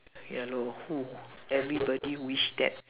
ya lor who everybody wish that